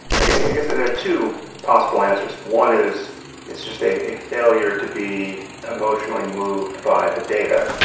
i guess there are two possible answers. one is it's just a failure to be emotionally moved by the data.